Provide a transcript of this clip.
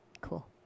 cool